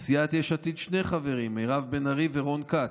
סיעת יש עתיד, שני חברים: מירב בן ארי ורון כץ,